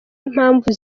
impamvu